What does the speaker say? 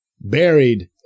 buried